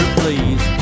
please